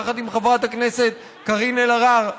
יחד עם חברת הכנסת קארין אלהרר,